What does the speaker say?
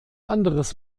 anderes